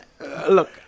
look